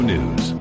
News